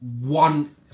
one